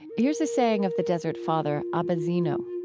here's a saying of the desert father abba zeno